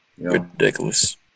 Ridiculous